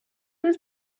was